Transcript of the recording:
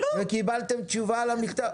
וקיבלתם תשובה על המכתב?